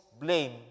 blame